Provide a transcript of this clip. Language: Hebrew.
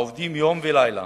העובדים יום ולילה